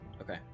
Okay